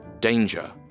danger